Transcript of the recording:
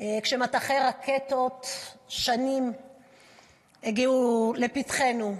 כששנים מטחי רקטות הגיעו לפתחנו.